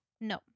No